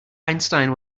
einstein